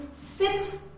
fit